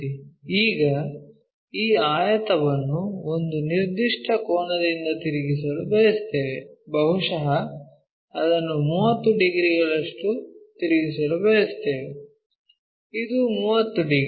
ಈಗ ಈ ಆಯತವನ್ನು ಒಂದು ನಿರ್ದಿಷ್ಟ ಕೋನದಿಂದ ತಿರುಗಿಸಲು ಬಯಸುತ್ತೇವೆ ಬಹುಶಃ ಅದನ್ನು 30 ಡಿಗ್ರಿಗಳಷ್ಟು ತಿರುಗಿಸಲು ಬಯಸುತ್ತೇವೆ ಇದು 30 ಡಿಗ್ರಿ